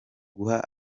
guha